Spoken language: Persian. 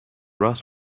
راست